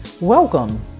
Welcome